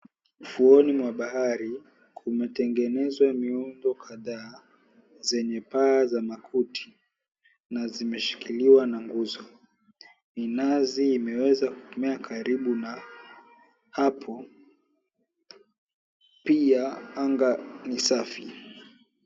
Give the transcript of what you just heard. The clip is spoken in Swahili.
Ufuoni mwa bahari, kumetengenezwa miundo kadhaa zenye paa za makuti na zimeshikiliwa na nguzo. Minazi imeweza kumea karibu na hapo. Pia, anga ni safi.